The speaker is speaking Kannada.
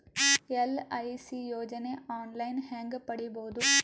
ಎಲ್.ಐ.ಸಿ ಯೋಜನೆ ಆನ್ ಲೈನ್ ಹೇಂಗ ಪಡಿಬಹುದು?